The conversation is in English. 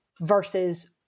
versus